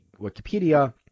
Wikipedia